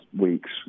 weeks